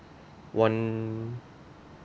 one